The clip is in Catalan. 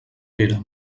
pere